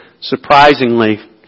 surprisingly